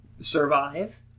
survive